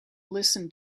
listen